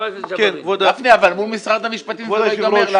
מול משרד המשפטים זה לא ייגמר.